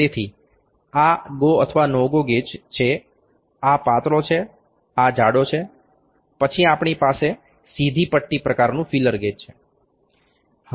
તેથી આ ગો અથવા નો ગો ગેજ છે આ પાતળો છે આ જાડો છે પછી આપણી પાસે સીધી પટ્ટી પ્રકારનું ફીલર ગેજ છે